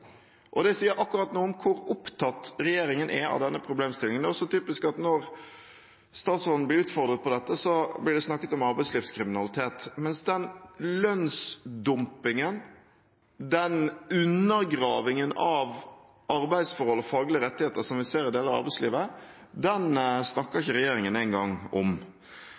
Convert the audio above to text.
Det sier akkurat noe om hvor opptatt regjeringen er av denne problemstillingen. Det er også typisk at når utenriksministeren blir utfordret på dette, blir det snakket om arbeidslivskriminalitet. Mens den lønnsdumpingen, den undergravingen av arbeidsforhold og faglige rettigheter som vi ser i deler av arbeidslivet, snakker ikke regjeringen